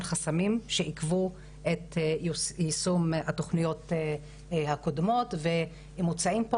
חסמים שעיכבו את יישום התוכניות הקודמות ומוצעים פה